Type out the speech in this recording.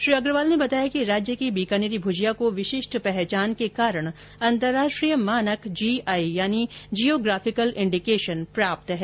श्री अग्रवाल ने बताया कि राज्य की बीकानेरी भूजिया को विशिष्ट पहचान के कारण अंतर्राष्ट्रीय मानक जीआई यानी जियोग्राफिकल इंडिकेशन प्राप्त है